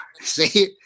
See